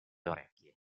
orecchie